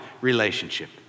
relationship